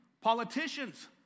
politicians